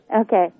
Okay